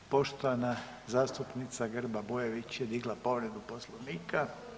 Poštovana zastupnica Grba Bujević je digla povredu Poslovnika.